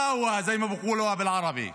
(אומר בערבית:)